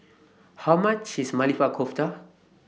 How much IS Maili Kofta